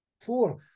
four